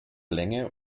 länge